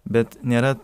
bet nėra